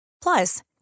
Plus